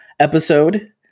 Episode